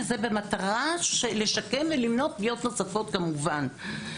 במטרה לשקם ולמנוע פגיעות נוספות כמובן.